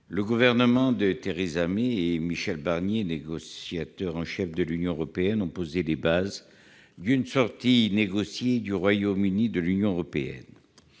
le gouvernement de Theresa May et Michel Barnier, négociateur en chef de l'Union européenne, ont posé les bases d'une sortie négociée du Royaume-Uni de l'Union européenne.